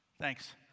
Thanks